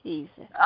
Jesus